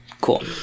Cool